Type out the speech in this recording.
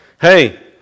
hey